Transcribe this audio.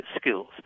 skills